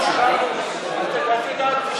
תודה רבה.